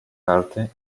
carte